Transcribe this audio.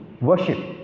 worship